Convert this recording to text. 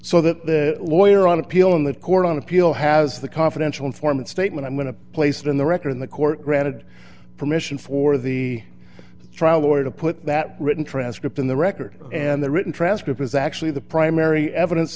so that the lawyer on appeal in that court on appeal has the confidential informant statement i'm going to place it in the record in the court granted permission for the trial lawyer to put that written transcript in the record and the written transcript is actually the primary evidence